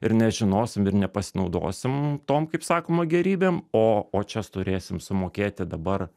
ir nežinosim ir ne pasinaudosim tom kaip sakoma gėrybėm o o čia turėsim sumokėti dabar